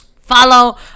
follow